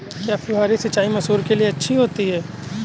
क्या फुहारी सिंचाई मसूर के लिए अच्छी होती है?